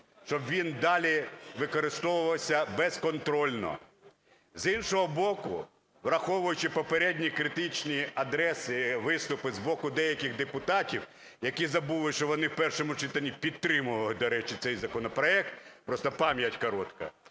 щоб він далі використовувався безконтрольно. З іншого боку, враховуючи попередні критичні адреси, виступити з боку деяких депутатів, які забули, що вони в першому читанні підтримували, до речі, цей законопроект, просто пам'ять коротка,